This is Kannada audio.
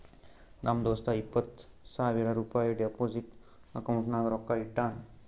ನಮ್ ದೋಸ್ತ ಇಪ್ಪತ್ ಸಾವಿರ ರುಪಾಯಿ ಡೆಪೋಸಿಟ್ ಅಕೌಂಟ್ನಾಗ್ ರೊಕ್ಕಾ ಇಟ್ಟಾನ್